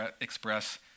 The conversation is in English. express